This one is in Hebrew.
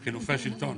מה שעשית עכשיו,